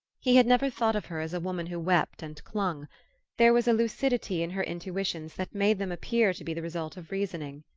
he had never thought of her as a woman who wept and clung there was a lucidity in her intuitions that made them appear to be the result of reasoning.